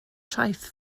traeth